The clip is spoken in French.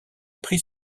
prit